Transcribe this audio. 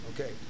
Okay